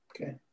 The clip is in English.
Okay